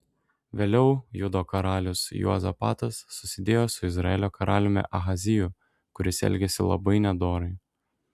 vėliau judo karalius juozapatas susidėjo su izraelio karaliumi ahaziju kuris elgėsi labai nedorai